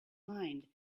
mind